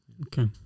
Okay